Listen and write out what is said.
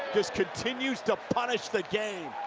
just continues to punish the game.